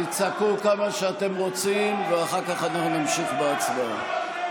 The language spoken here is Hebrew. תצעקו כמה שאתם רוצים ואחר כך אנחנו נמשיך בהצבעה.